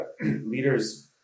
Leaders